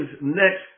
next